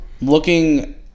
Looking